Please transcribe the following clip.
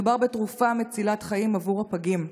מדובר בתרופה מצילת חיים עבור הפגים.